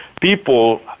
people